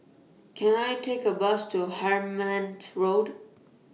Can I Take A Bus to Hemmant Road